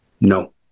no